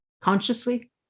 consciously